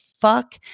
fuck